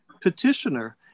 petitioner